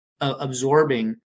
absorbing